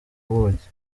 buki